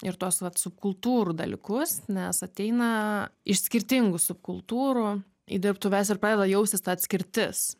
ir tuos vat subkultūrų dalykus nes ateina iš skirtingų subkultūrų į dirbtuves ir pradeda jausis ta atskirtis